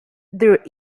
there